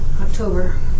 October